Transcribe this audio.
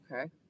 Okay